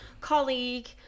colleague